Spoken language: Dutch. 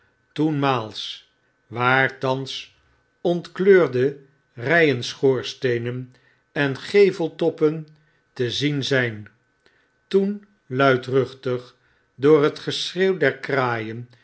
toenmaals waar thans ontkleurde ryen schoorsteenen en geveltoppen te zien zijn toen luidruchtig door het geschreeuw der kraaien